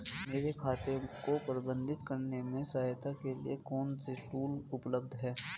मेरे खाते को प्रबंधित करने में सहायता के लिए कौन से टूल उपलब्ध हैं?